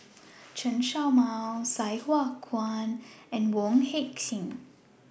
Chen Show Mao Sai Hua Kuan and Wong Heck Sing